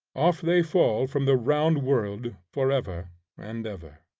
off they fall from the round world forever and ever.